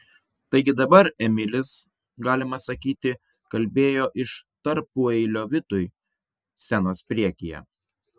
taigi dabar emilis galima sakyti kalbėjo iš tarpueilio vitui scenos priekyje